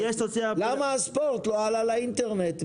למה הספורט לא עלה לאינטרנט?